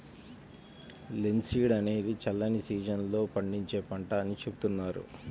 linseed అనేది చల్లని season లో పండించే పంట అని చెబుతున్నారు